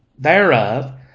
Thereof